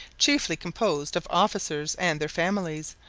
chiefly composed of officers and their families,